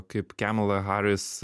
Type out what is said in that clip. kaip kamala haris